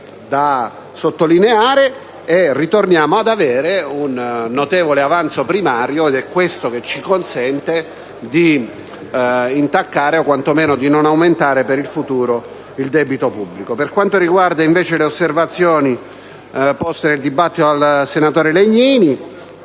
da sottolineare, e ritorniamo ad avere un notevole avanzo primario ed è questo che ci consente di intaccare o quantomeno di non aumentare per il futuro il debito pubblico. Per quanto riguarda invece le osservazioni avanzate nel dibattito dal senatore Legnini,